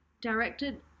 directed